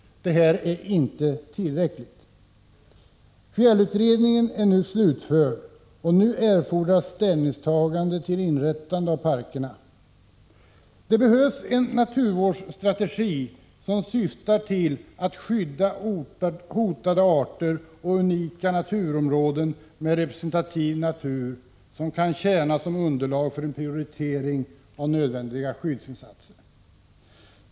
Detta är inte tillräckligt. Fjällutredningen är slutförd, och nu erfordras ställningstagande till inrättandet av parkerna. Det behövs en naturvårdsstrategi som syftar till att skydda hotade arter och unika naturområden med representativ natur som kan tjäna som underlag för en prioritering av nödvändiga skyddsinsatser.